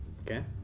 Okay